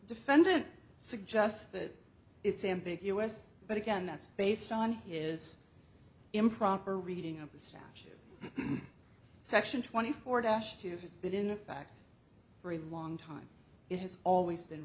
defendant suggests that it's ambiguous but again that's based on his improper reading of the statute section twenty four dash to his that in fact for a long time it has always been